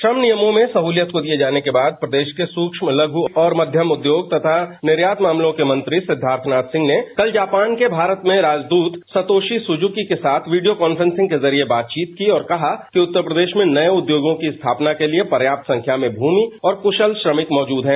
श्रम नियमों में सहूलियत को दिए जाने के बाद प्रदेश के सूक्ष्म लघु और मध्यम उद्योग तथा निर्यात मामलों के मंत्री सिद्धार्थ नाथ सिंह ने कल जापान के भारत में जापान के राजदूत सतोशी सुजुकी के साथ वीडियो कॉन्फ्रेंसिंग के जरिए बातचीत की और कहा कि उत्तर प्रदेश में नए उद्योगों की स्थापना के लिए पर्याप्त संख्या में भूमि और कुशल श्रमिक मौजूद हैं